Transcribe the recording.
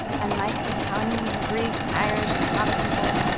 and like italians and greeks and irish and slavic people,